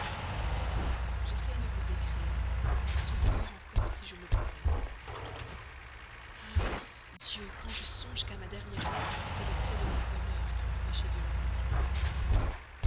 j'essaie de vous écrire sans savoir encore si je le pourrai ah dieu quand je songe qu'à ma dernière lettre c'était l'excès de mon bonheur qui m'empêchait de la continuer